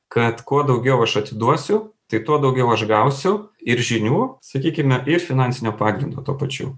kad kuo daugiau aš atiduosiu tai tuo daugiau aš gausiu ir žinių sakykime ir finansinio pagrindo tuo pačiu